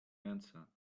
answer